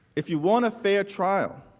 if you want a fair trial